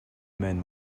men